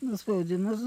nu spaudimas